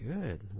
Good